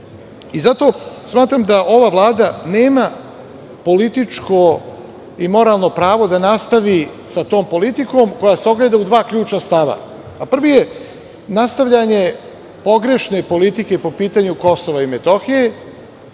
smatram da ova Vlada nema političko i moralno pravo da nastavi sa tom politikom koja se ogleda u dva ključna stava. Prvi je, nastavljanje pogrešne politike po pitanju Kosova i Metohije